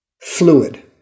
fluid